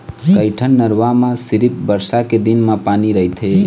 कइठन नरूवा म सिरिफ बरसा के दिन म पानी रहिथे